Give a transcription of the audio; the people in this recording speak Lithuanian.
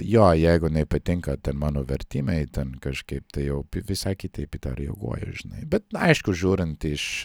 jo jeigu nepatinka ten mano vertimai ten kažkaip tai jau visai kitaip reaguoju žinai bet na aišku žiūrint iš